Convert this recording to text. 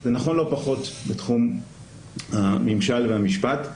זה נכון לא פחות בתחום הממשל והמשפט.